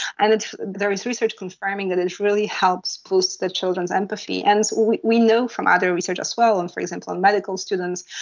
and there is research confirming that it really helps boost the children's empathy. and we we know from other research as well, and for example on medical students,